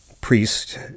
priest